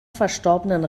verstorbenen